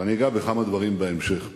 ואני אגע בכמה דברים בהמשך.